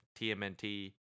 TMNT